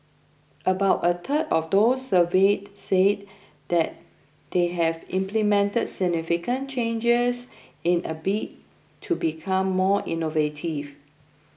about a third of those surveyed said that they have implemented significant changes in a bid to become more innovative